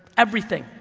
everything,